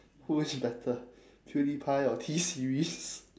who is better pewdiepie or T series